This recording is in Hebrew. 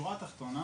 שבשורה התחתונה,